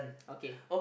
okay